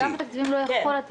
אגף התקציבים לא יכול לתת.